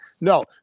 No